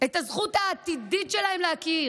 את הזכות העתידית שלהם להכיר,